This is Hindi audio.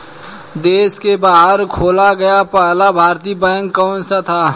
देश के बाहर खोला गया पहला भारतीय बैंक कौन सा था?